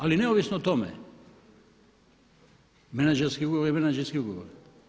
Ali neovisno o tome menadžerski ugovor je menadžerski ugovor.